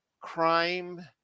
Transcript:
crime